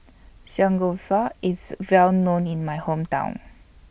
Samgeyopsal IS Well known in My Hometown